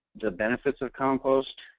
the benefits of compost?